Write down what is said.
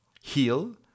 heal